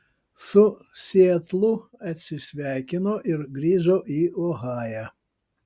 su sietlu atsisveikino ir grįžo į ohają